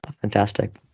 fantastic